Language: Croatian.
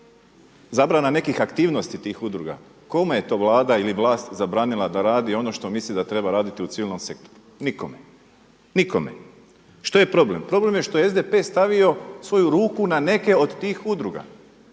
zabrana nekih aktivnosti tih udruga? Kome je to Vlada ili vlast zabranila da radi ono što misli da treba raditi u civilnom sektoru? Nikome, nikome. Što je problem? Problem je što je SDP stavio svoju ruku na neke od tih udruga